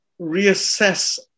reassess